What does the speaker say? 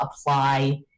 apply